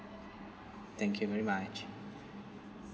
thank you very much